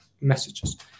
messages